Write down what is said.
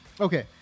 okay